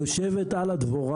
יושבת על הדבורה